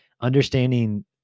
understanding